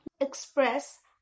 express